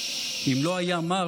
אם לא היה מר,